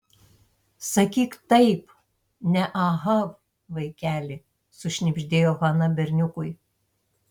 sakyk taip ne aha vaikeli sušnibždėjo hana berniukui